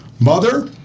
mother